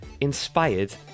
inspired